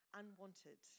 unwanted